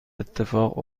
اتفاق